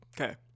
Okay